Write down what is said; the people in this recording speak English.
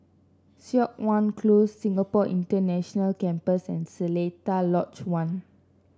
Siok Wan Close Singapore International Campus and Seletar Lodge One